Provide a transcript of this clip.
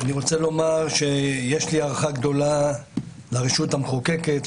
אני רוצה לומר שיש לי הערכה גדולה לרשות המחוקקת,